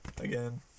again